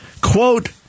Quote